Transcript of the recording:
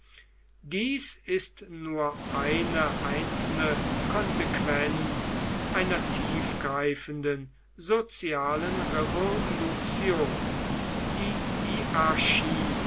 dies ist nur eine einzelne konsequenz einer tiefgreifenden sozialen revolution die